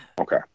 Okay